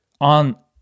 on